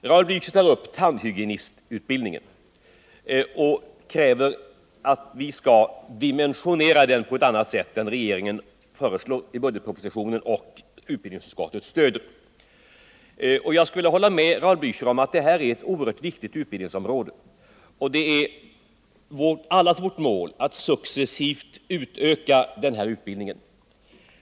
Raul Blächer kräver att tandhygienistutbildningen skall dimensioneras på ett annat sätt än regeringen föreslår i budgetpropositionen, ett förslag som utbildningsutskottet stöder. Jag håller med Raul Blächer om att det här är ett oerhört viktigt utbildningsområde. Det är allas vårt mål att successivt utöka den utbildningen.